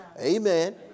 Amen